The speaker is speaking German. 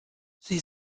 sie